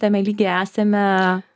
tame lygyje esame